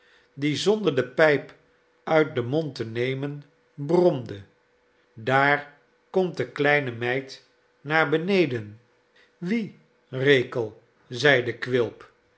die zonder de pijp uit den mond te nemen bromde daar komt de kleine meid naar beneden wie rekel zeide quilp